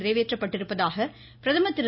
நிறைவேற்றப்பட்டிருப்பதாக பிரதமர் திரு